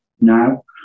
now